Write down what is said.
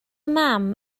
mam